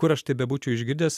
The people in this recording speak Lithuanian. kur aš tai bebūčiau išgirdęs